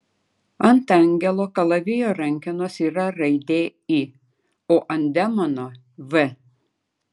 ant angelo kalavijo rankenos yra raidė i o ant demono v